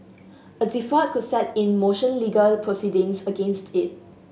a default could set in motion legal proceedings against it